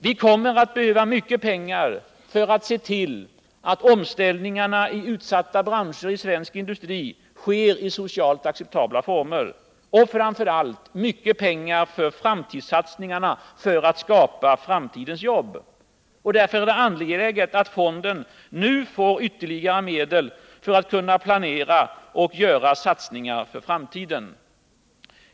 Vi kommer att behöva mycket pengar för att se till att omställningarna inom utsatta branscher i svensk industri sker i socialt acceptabla former, och — framför allt — mycket pengar för framtidssatsningarna, för att skapa framtidens jobb. Därför är det angeläget att fonden nu får ytterligare medel för att kunna planera och göra satsningar för framtiden.